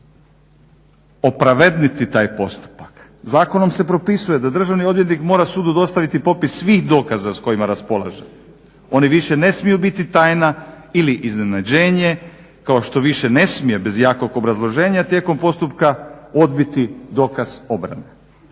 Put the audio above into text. opravedniti taj postupak. Zakonom se propisuje da državni odvjetnik mora sudu dostaviti popis svih dokaza s kojima raspolaže. Oni više ne smiju biti tajna ili iznenađenje kao što više ne smije bez jakog obrazloženja tijekom postupka odbiti dokaz obrane.